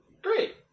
Great